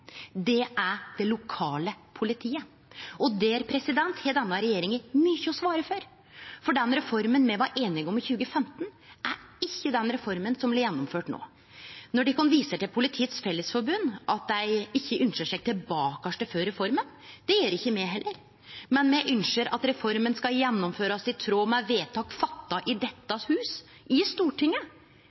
Det er det lokale politiet. Og der har denne regjeringa mykje å svare for, for den reforma me var einige om i 2015, er ikkje den reforma som blir gjennomført no. Ein viser til Politiets Fellesforbund, at dei ikkje ynskjer seg tilbake til før reforma. Det gjer ikkje me heller, men me ynskjer at reforma skal gjennomførast i tråd med vedtak fatta i dette hus, i Stortinget.